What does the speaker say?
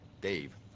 Dave